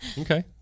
Okay